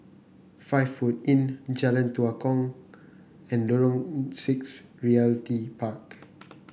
Five Foot Inn Jalan Tua Kong and Lorong Six Realty Park